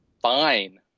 fine